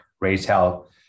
retail